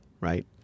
right